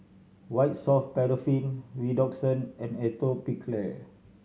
White Soft Paraffin Redoxon and Atopiclair